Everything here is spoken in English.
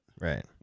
right